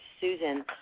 Susan